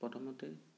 প্ৰথমতেই